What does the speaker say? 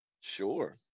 Sure